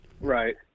Right